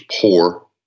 poor